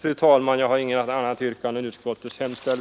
Fru talman! Jag har inget annat yrkande än om bifall till utskottets hemställan.